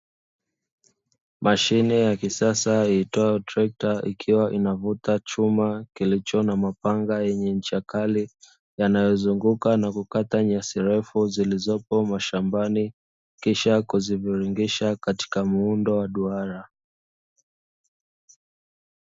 Mashine ya kisasa iitwayo trekta, ikiwa inavuta chuma kilicho na mapanga yenye ncha kali, yanayozunguka na kukata nyasi refu zilizopo mashambani; kisha kuziviringisha katika muundo wa duara.